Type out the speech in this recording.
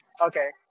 Okay